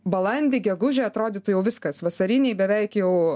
balandį gegužę atrodytų jau viskas vasariniai beveik jau